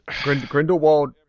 grindelwald